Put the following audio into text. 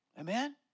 Amen